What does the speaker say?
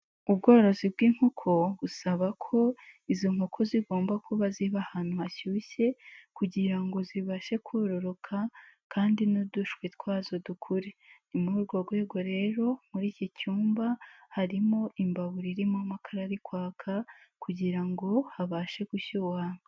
Ubworozi bw'inkoko, busaba ko izo nkoko zigomba kuba ziba ahantu hashyushye kugira ngo zibashe kororoka kandi n'udushwi twazo dukure. Ni muri urwo rwego rero muri iki cyumba, harimo imbabura irimo amakara ari kwaka kugira ngo habashe gushyuha.